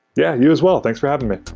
yeah, you as well. thanks for having me.